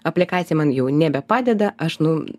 aplikacija man jau nebepadeda aš nu